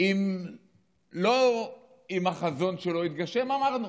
לא אם החזון שלו התגשם, אמרנו: